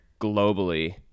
globally